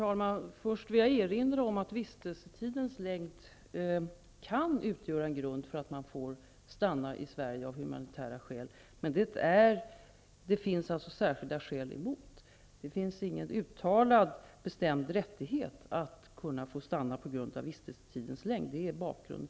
Herr talman! Först vill jag erinra om att vistelsetidens längd kan utgöra en grund för att man skall få stanna i Sverige av humanitära skäl. Men det finns särskilda skäl emot det. Det finns ingen uttalad bestämd rättighet att få stanna på grund av vistelsetidens längd. Det är bakgrunden.